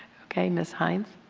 okay. ms. hynes.